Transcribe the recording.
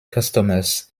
customers